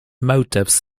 motifs